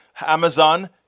Amazon